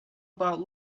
about